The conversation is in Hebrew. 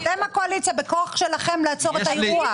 בכוח שלכם לעצור את האירוע.